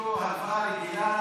להגיד תודה,